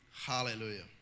Hallelujah